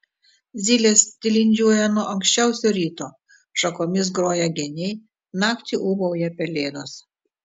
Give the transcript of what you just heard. zylės tilindžiuoja nuo anksčiausio ryto šakomis groja geniai naktį ūbauja pelėdos